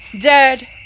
dead